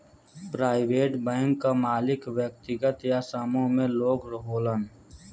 private bank क मालिक व्यक्तिगत या समूह में लोग होलन